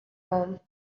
home